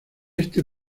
este